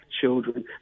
children